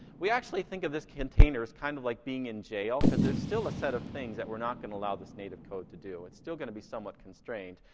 we actually think of this container as kind of like being in jail, cause there's still a set of things that we're not gonna allow this native code to do. it's still gonna be somewhat constrained.